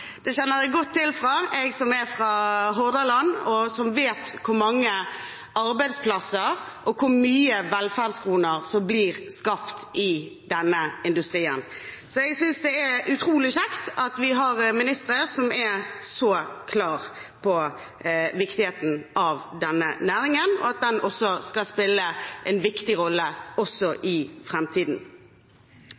Det kjenner jeg godt til, jeg som er fra Hordaland og vet hvor mange arbeidsplasser og velferdskroner som blir skapt i denne industrien. Så jeg synes det er utrolig kjekt at vi har ministre som er så klare på viktigheten av denne næringen – at den skal spille en viktig rolle også